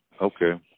Okay